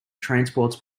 transports